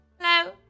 Hello